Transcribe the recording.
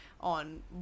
on